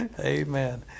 Amen